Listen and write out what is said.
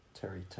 Terry